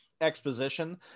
exposition